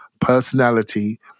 personality